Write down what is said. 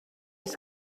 است